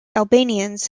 albanians